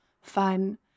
fun